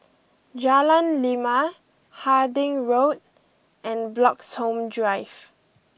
Jalan Lima Harding Road and Bloxhome Drive